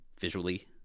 visually